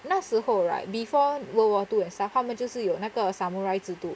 那时候 right before world war two and stuff 他们就是有那个 samurai 制度